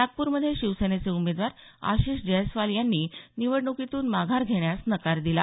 नागप्रमध्ये शिवसेनेचे उमेदवार आशिष जयस्वाल यांनी निवडणुकीतून माघार घेण्यास नकार दिला